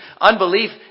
Unbelief